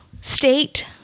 state